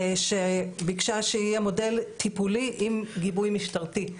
שביקשה שיהיה מודל טיפולי עם גיבוי משטרתי.